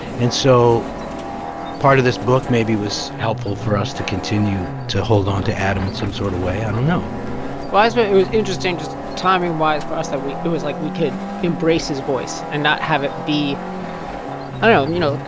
and so part of this book maybe was helpful for us to continue to hold onto adam in some sort of way. i don't know well, but it was interesting just timing wise for us that we it was like we could embrace his voice and not have it be i don't know. you know, look.